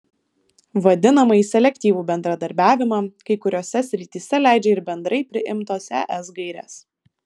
vadinamąjį selektyvų bendradarbiavimą kai kuriose srityse leidžia ir bendrai priimtos es gairės